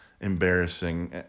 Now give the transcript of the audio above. embarrassing